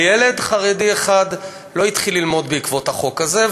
ילד חרדי אחד לא התחיל ללמוד בעקבות החוק הזה,